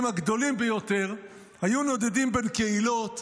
הגדולים ביותר היו נודדים בין קהילות,